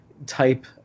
type